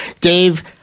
Dave